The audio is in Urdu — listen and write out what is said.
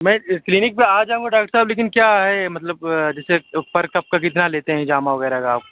میں کلینک پر آجاؤں گا ڈاکٹر صاحب لیکن کیا ہے مطلب جیسے پر سب کا کتنا لیتے ہیں ہجامہ وغیرہ کا آپ